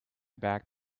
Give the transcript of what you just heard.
back